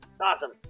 Awesome